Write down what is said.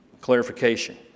Clarification